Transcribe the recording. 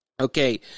Okay